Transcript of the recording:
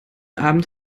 abend